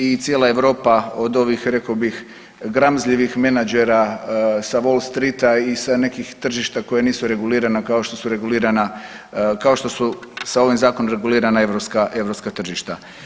I cijela Europa od ovih rekao bih gramzljivih menadžera sa Wall Streeta i sa nekih tržišta koja nisu regulirana kao što su regulirana, kao što su sa ovim zakonom regulirana europska tržišta.